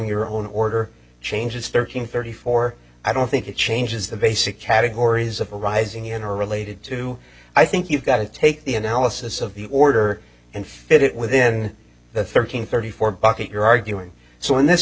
your own order changes thirteen thirty four i don't think it changes the basic categories of arising in a related to i think you've got to take the analysis of the order and fit it with then the thirteen thirty four bucket you're arguing so in this